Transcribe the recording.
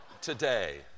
today